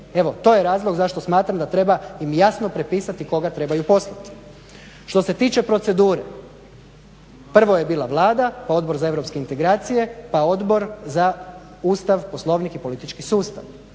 Evo to je razlog zašto smatram da treba im jasno prepisati koga trebaju poslati. Što se tiče procedure, prvo je bila Vlada pa Odbor za europske integracije, pa Odbora za Ustav, Poslovnik i politički sustav.